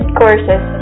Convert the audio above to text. courses